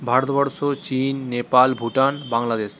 ভারতবর্ষ চীন নেপাল ভুটান বাংলাদেশ